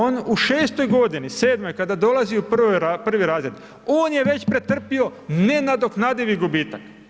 On u 6 godini, 7 kada dolazi u prvi razred, on je već pretrpio nenadoknadivi gubitak.